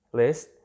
list